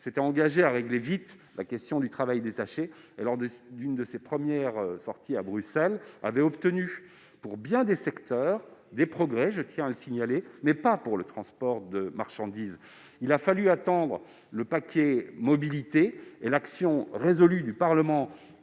s'était engagé en 2017 à régler vite la question du travail détaché. Lors de l'une de ses premières sorties à Bruxelles, il avait obtenu des progrès pour bien des secteurs- je tiens à le signaler -, mais pas pour le transport de marchandises. Il a fallu attendre le paquet mobilité et l'action résolue du Parlement européen